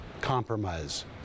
compromise